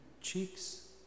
cheeks